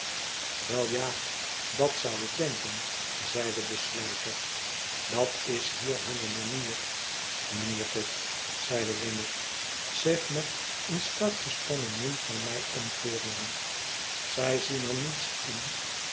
wel ja dat zou ik denken zeide de sluiter dat is hier hunne manier mijnheer pip zeide wemmick zich met een strak gespannen mond naar mij omkeerende zij zien er niets in